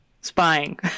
Spying